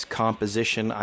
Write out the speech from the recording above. composition